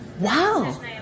Wow